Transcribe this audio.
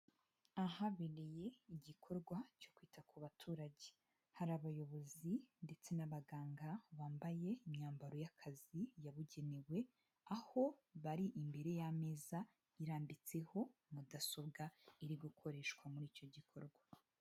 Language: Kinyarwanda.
Ahabereye igikorwa cyo kwita ku baturage. Hari abayobozi ndetse n'abaganga bambaye imyambaro y'akazi yabugenewe, aho bari imbere y'ameza irambitseho mudasobwa iri gukoreshwa muri icyo gikorwa.